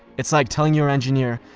it's like telling your engineer,